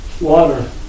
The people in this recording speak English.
water